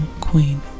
queen